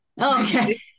Okay